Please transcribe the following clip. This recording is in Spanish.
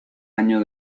año